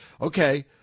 Okay